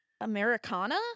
Americana